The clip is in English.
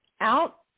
out